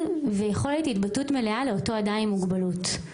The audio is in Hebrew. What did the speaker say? ויכולת התבטאות מלאה לאותו אדם עם מוגבלות.